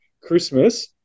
Christmas